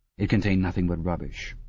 it contained nothing but rubbish.